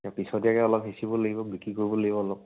পিছতীয়াকে অলপ সিঁচিবলৈ লাগিব বিক্ৰী কৰিবলৈ লাগিব অলপ